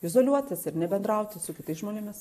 izoliuotis ir nebendrauti su kitais žmonėmis